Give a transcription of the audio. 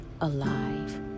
alive